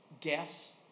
guess